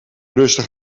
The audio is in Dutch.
rustig